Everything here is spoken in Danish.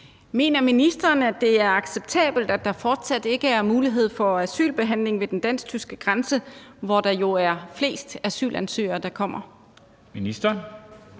Mener ministeren, at det er acceptabelt, at der fortsat ikke er mulighed for asylbehandling ved den dansk-tyske grænse, hvor de fleste asylansøgere ankommer? Formanden